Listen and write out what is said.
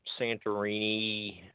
Santorini